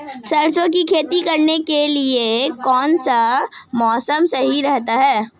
सरसों की खेती करने के लिए कौनसा मौसम सही रहता है?